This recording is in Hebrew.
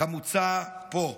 כמוצע פה.